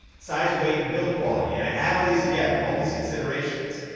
size weight and build quality. and i add all these together, all these considerations.